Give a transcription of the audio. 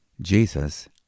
Jesus